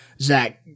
Zach